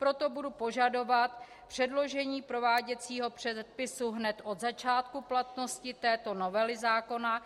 Proto budu požadovat předložení prováděcího předpisu hned od začátku platnosti této novely zákona.